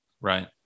Right